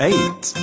Eight